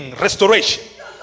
restoration